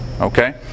okay